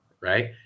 right